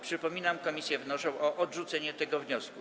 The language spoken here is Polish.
Przypominam, że komisje wnoszą o odrzucenie tego wniosku.